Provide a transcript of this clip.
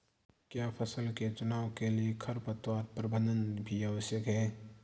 क्या फसल के चुनाव के लिए खरपतवार प्रबंधन भी आवश्यक है?